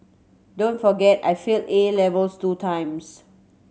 don't forget I failed A levels two times